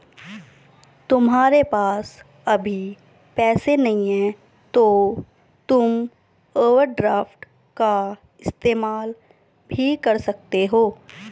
तुम्हारे पास अभी पैसे नहीं है तो तुम ओवरड्राफ्ट का इस्तेमाल भी कर सकते हो